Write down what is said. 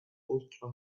ultra